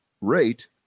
rate